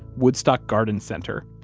woodstock garden center,